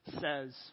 says